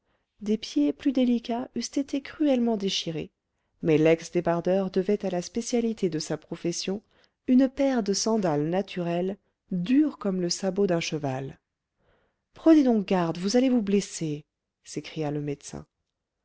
des pieds plus délicats eussent été cruellement déchirés mais lex débardeur devait à la spécialité de sa profession une paire de sandales naturelles dures comme le sabot d'un cheval prenez donc garde vous allez vous blesser s'écria le médecin